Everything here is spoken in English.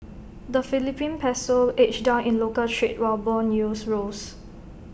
the Philippine Peso edged down in local trade while Bond yields rose